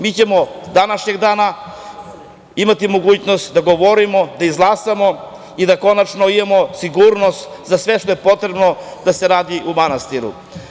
Mi ćemo današnjeg dana imati mogućnosti da govorimo, da izglasamo i da konačno imamo sigurnost za sve što je potrebno da se radi u manastiru.